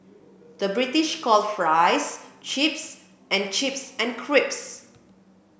the British calls fries chips and chips and crips